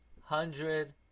hundred